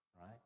right